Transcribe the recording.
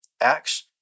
Acts